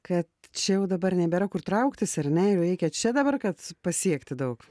kad čia jau dabar nebėra kur trauktis ar ne jau reikia čia dabar kad pasiekti daug